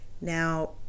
Now